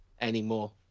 anymore